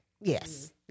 Yes